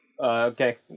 Okay